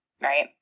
Right